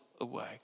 away